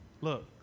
Look